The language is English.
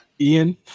Ian